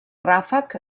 ràfec